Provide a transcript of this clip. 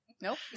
Nope